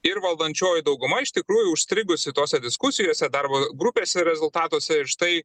ir valdančioji dauguma iš tikrųjų užstrigusi tose diskusijose darbo grupėse ir rezultatuose ir štai